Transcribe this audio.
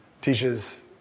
teaches